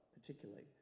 particularly